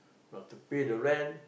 got to pay the rent